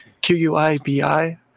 Q-U-I-B-I